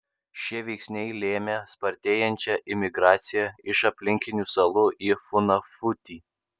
šie veiksniai lėmė spartėjančią imigraciją iš aplinkinių salų į funafutį